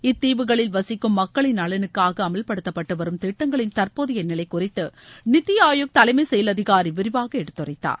இத்தீவுகளில் வசிக்கும் மக்களின் நலனுக்காக அமல்படுத்தப்பட்டுவரும் திட்டங்களின் தற்போதைய நிலைகுறித்து நித்தி ஆயோக் தலைமை செயல் அதிகாரி விரிவாக எடுத்துரைத்தார்